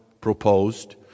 proposed